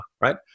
right